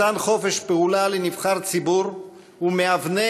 מתן חופש פעולה לנבחר ציבור הוא מאבני